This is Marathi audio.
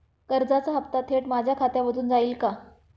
कर्जाचा हप्ता थेट माझ्या खात्यामधून जाईल का?